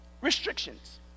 restrictions